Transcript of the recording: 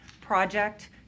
project